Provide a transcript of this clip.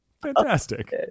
fantastic